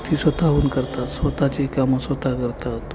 ती स्वत हून करतात स्वत ची कामं स्वत करतात